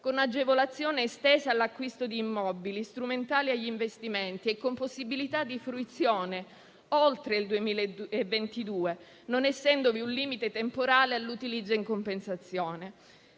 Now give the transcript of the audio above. con agevolazione estesa all'acquisto di immobili strumentali agli investimenti e con possibilità di fruizione oltre il 2022, non essendovi un limite temporale all'utilizzo in compensazione.